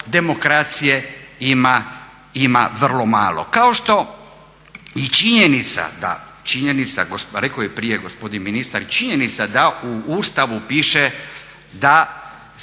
demokracije ima vrlo malo. Kao što i činjenica da, a rekao je i prije gospodin ministar, činjenica da u Ustavu piše da